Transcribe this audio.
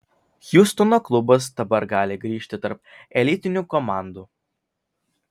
hjustono klubas dabar gali grįžti tarp elitinių komandų